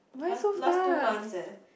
last last two months eh